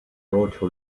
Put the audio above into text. proto